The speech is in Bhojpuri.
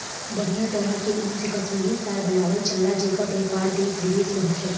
बढ़िया तरह के ऊन से कश्मीरी शाल बनावल जला जेकर व्यापार देश विदेश में होखेला